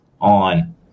on